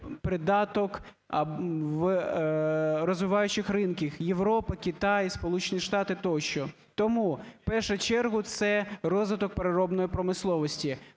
придаток в розвиваючих ринках: Європа, Китай, Сполучені Штати тощо. Тому в першу чергу це розвиток переробної промисловості.